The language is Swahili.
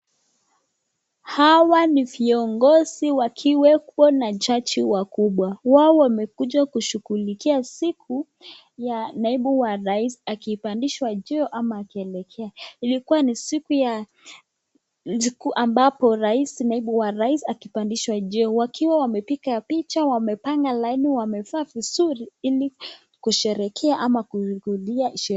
Hawa ni viongozi wakiwa na jaji wakubwa. Wao wamekuja kushughulikia siku ya naibu wa rais akipandishwa juu ama akielekea. Ilikuwa ni siku ya sherehe kuu ambapo rais, naibu wa rais akipandishwa juu. Wakiwa wamepiga picha, wamepanga laini, wamevaa vizuri ili kusherehekea ama kuhudhuria sherehe.